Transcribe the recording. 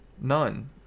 None